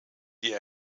die